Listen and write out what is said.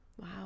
Wow